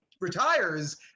retires